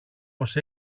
πως